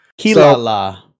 Kilala